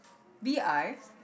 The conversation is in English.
B_I